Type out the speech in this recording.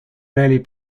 rarely